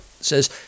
says